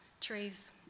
Tree's